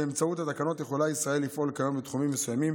באמצעות התקנות יכולה ישראל לפעול כיום בתחומים מסוימים